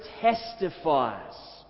testifies